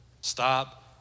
Stop